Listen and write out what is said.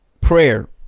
prayer